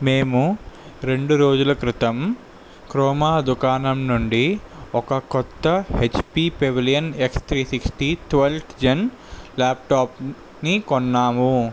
మేము రెండు రోజుల క్రితం క్రోమా దుకాణం నుండి ఒక క్రొత్త HP Pavilion x three sixty twelve gen ల్యాప్టాప్ని కొన్నాము